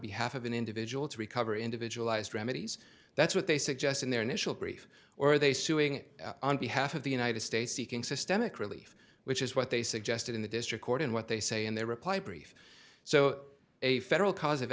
behalf of an individual to recover individualized remedies that's what they suggest in their initial brief or they suing on behalf of the united states seeking systemic relief which is what they suggested in the district court and what they say in their reply brief so a federal cause of